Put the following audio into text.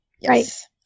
Yes